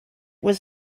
was